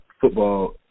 football